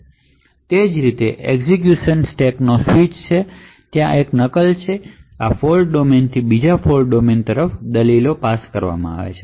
તે જ રીતે એક્ઝેક્યુશન સ્ટેકનો સ્વીચ છે અને ત્યાં આ ફોલ્ટ ડોમેનથી બીજા ફોલ્ટ ડોમેન તરફ આરગ્યુંમેનટની એક કોપી છે